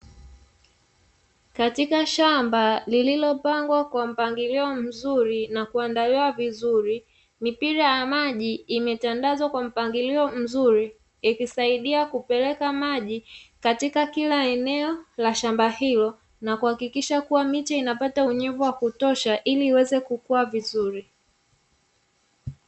Katika shamba lililopangwa kwa mpangilio mzuri na kuandaliwa vizuri mipira ya maji imetandazwa kwa mpangilio mzuri, ikisaidia kupeleka maji katika kila eneo la shamba hilo na kuhakikisha kuwa miche inapata unyevu wa kutosha ili iweze kukuwa vizuri.